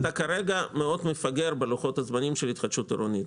אתה כרגע מאוד מפגר בלוחות הזמנים של התחדשות עירונית.